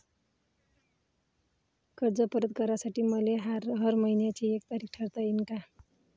कर्ज परत करासाठी मले हर मइन्याची एक तारीख ठरुता येईन का?